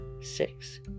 six